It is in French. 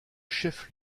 chef